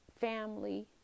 family